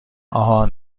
آهان